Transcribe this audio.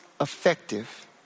effective